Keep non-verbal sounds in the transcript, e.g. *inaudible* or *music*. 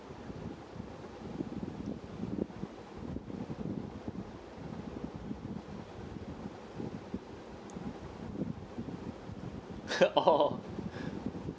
*laughs* oh